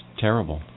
terrible